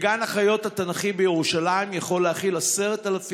גן החיות התנ"כי בירושלים יכול להכיל 10,000 איש.